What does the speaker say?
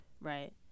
right